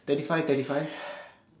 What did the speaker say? twenty five twenty five